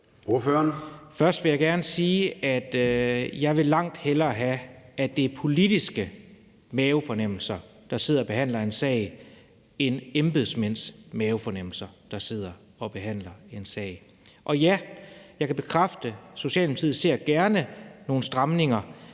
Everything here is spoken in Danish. Først vil jeg gerne sige, at jeg langt hellere vil have, at det er politikere med mavefornemmelser, der sidder og behandler en sag, end embedsmænd med mavefornemmelser, der sidder og behandler en sag. Og ja, jeg kan bekræfte, at Socialdemokratiet gerne ser nogle stramninger,